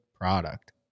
product